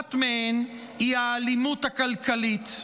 אחת מהן היא האלימות הכלכלית.